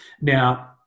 Now